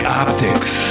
optics